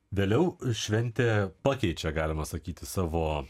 vėliau šventę pakeičia galima sakyti savo